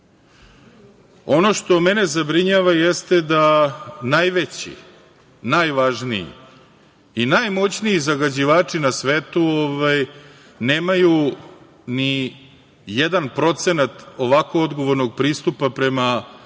Ono što me zabrinjava jeste da najveći, najvažniji i najmoćniji zagađivači na svetu nemaju nijedan procenat ovako odgovornog pristupa prema životnoj